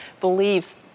believes